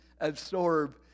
absorb